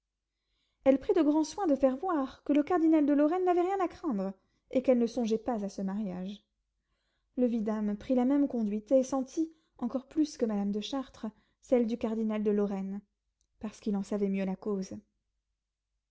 elle prit de grands soins de faire voir que le cardinal de lorraine n'avait rien à craindre et qu'elle ne songeait pas à ce mariage le vidame prit la même conduite et sentit encore plus que madame de chartres celle du cardinal de lorraine parce qu'il en savait mieux la cause